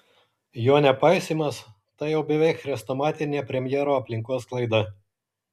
jo nepaisymas tai jau beveik chrestomatinė premjero aplinkos klaida